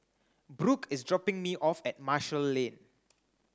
Brook is dropping me off at Marshall Lane